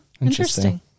Interesting